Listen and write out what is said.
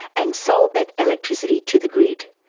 and sold that electricity to the grid,